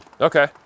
Okay